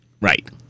Right